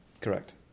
Correct